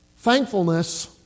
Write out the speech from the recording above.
Thankfulness